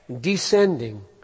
descending